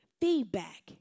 feedback